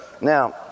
Now